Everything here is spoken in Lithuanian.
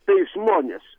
tai žmonės